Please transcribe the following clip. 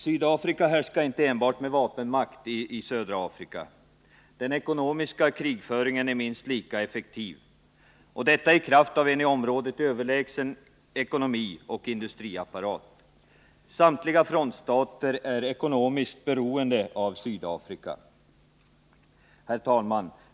Sydafrika härskar inte enbart med vapenmakt i södra Afrika. Den ekonomiska krigföringen är minst lika effektiv — detta i kraft av en i området överlägsen ekonomi och industriapparat. Samtliga frontstater är ekonomiskt beroende av Sydafrika. Herr talman!